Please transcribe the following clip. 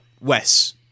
Wes